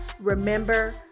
remember